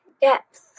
depth